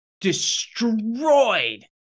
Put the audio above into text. destroyed